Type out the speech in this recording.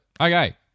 Okay